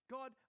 God